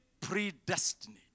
predestinate